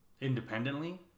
independently